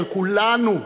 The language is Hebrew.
על כולנו,